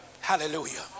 Hallelujah